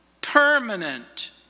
permanent